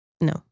no